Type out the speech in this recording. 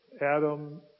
Adam